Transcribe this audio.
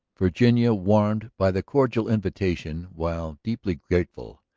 virginia, warmed by the cordial invitation, while deeply grateful,